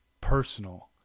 personal